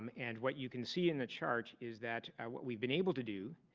um and what you can see in the chart is that what we've been able to do,